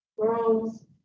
Girls